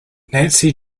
nancy